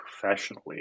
professionally